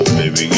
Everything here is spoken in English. baby